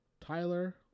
Tyler